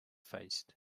faced